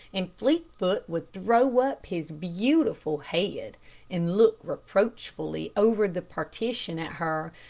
and fleetfoot would throw up his beautiful head and look reproachfully over the partition at her,